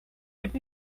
give